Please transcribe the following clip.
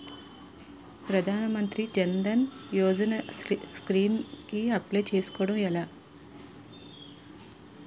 ప్రధాన మంత్రి జన్ ధన్ యోజన స్కీమ్స్ కి అప్లయ్ చేసుకోవడం ఎలా?